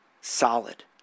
solid